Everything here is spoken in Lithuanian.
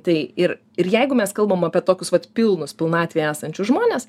tai ir ir jeigu mes kalbam apie tokius vat pilnus pilnatvėj esančius žmones